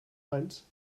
eins